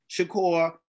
Shakur